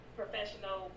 professional –